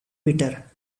bitter